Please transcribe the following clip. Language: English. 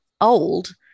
old